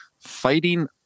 fighting